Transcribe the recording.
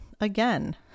Again